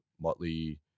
Motley